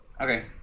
Okay